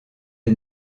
est